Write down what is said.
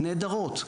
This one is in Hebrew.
נהדרות.